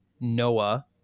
Noah